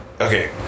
Okay